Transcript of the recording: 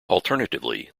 alternatively